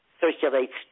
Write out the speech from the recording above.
Circulates